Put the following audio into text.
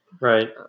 Right